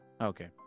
Okay